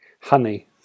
Honey